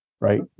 right